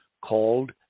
called